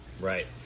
Right